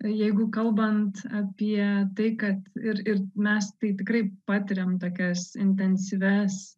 jeigu kalbant apie tai kad ir ir mes tai tikrai patiriam tokias intensyvias